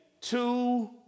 two